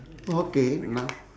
okay now